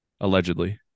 allegedly